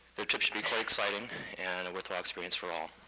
the trip should be quite exciting and a worthwhile experience for all.